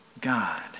God